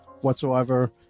whatsoever